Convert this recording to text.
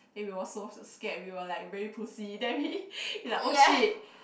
then we were so scared we were like very pussy then we like oh shit